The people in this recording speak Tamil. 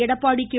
எடப்பாடி கே